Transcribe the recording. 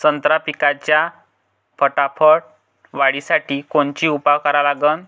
संत्रा पिकाच्या फटाफट वाढीसाठी कोनचे उपाव करा लागन?